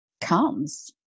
comes